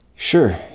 Sure